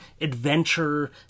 adventure